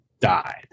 died